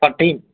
per team